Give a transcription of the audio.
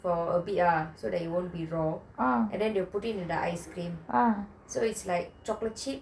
for a bit lah so that it won't be raw and then they would put it into the ice cream so that it is like chocolate chip